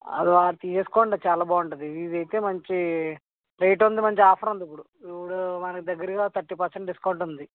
అది తీసుకోండి చాలా బాగుంటుంది ఇధైతే మంచి రేట్ ఉంది మంచి ఆఫర్ ఉందిప్పుడు మనకి దగ్గరగా థర్టీ పర్సెంట్ డిస్కౌంట్ ఉంది